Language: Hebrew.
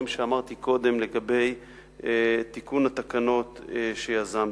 שאמרתי קודם לגבי תיקון התקנות שיזמתי.